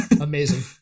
Amazing